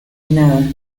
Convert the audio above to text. nada